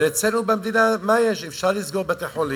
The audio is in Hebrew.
אבל אצלנו במדינה, מה יש, אפשר לסגור בתי-חולים.